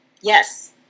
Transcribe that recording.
Yes